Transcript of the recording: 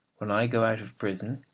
when i go out of prison,